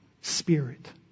spirit